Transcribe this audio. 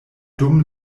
dum